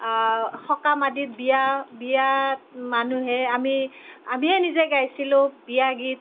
সকাম আদি বিয়াত মানুহে আমি আমিয়ে নিজে গাইছিলো বিয়া গীত